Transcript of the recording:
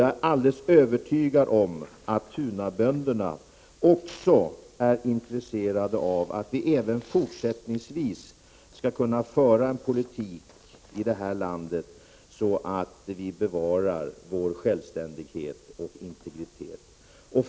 Jag är vidare alldeles övertygad om att Tunabönderna också är intresserade av att vi även fortsättningsvis i det här landet skall kunna föra en politik som gör det möjligt för oss att bevara vår självständighet och vår integritet.